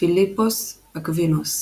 פיליפוס אקוינוס